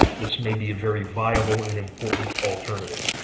this may be a very viable and important alternative.